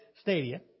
stadia